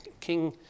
King